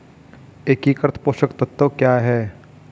एकीकृत पोषक तत्व क्या है?